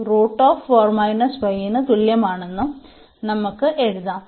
അതിനാൽ x ന് തുല്യമാണെന്നും നമുക്ക് എഴുതാം